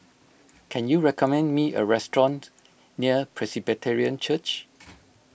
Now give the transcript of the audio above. can you recommend me a restaurant near Presbyterian Church